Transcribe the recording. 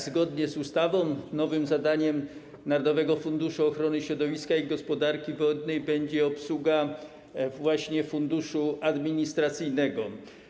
Zgodnie z ustawą nowym zadaniem Narodowego Funduszu Ochrony Środowiska i Gospodarki Wodnej będzie obsługa funduszu administracyjnego.